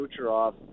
Kucherov